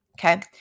Okay